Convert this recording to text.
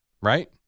right